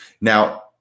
Now